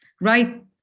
right